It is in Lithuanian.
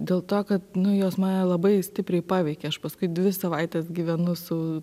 dėl to kad nu jos mane labai stipriai paveikia aš paskui dvi savaites gyvenu su